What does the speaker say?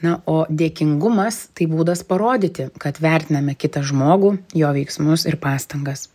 na o dėkingumas tai būdas parodyti kad vertiname kitą žmogų jo veiksmus ir pastangas